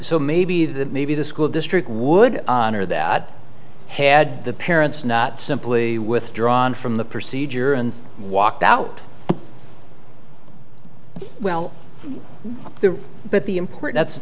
so maybe that maybe the school district would honor that had the parents not simply withdrawn from the procedure and walked out well the but the importan